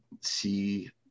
see